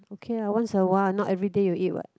okay lah once awhile not everyday you eat what